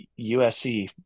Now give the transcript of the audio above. USC